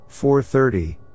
4.30